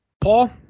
Paul